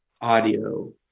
audio